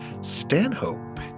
Stanhope